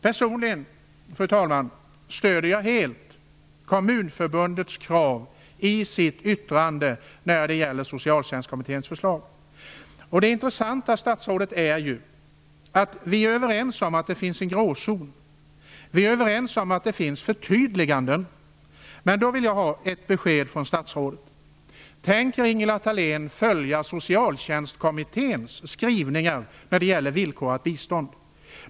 Personligen, fru talman, stöder jag helt de krav som finns i Kommunförbundets yttrande när det gäller Det intressanta, statsrådet, är ju att vi är överens om att det finns en gråzon. Vi är överens om att det behövs förtydliganden. Jag vill ha ett besked från statsrådet. Tänker Ingela Thalén följa Socialtjänstkommitténs skrivningar när det gäller villkorat bistånd?